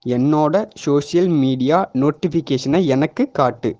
என்னோடய social media நோட்டிஃபிகேஷனை எனக்கு காட்டு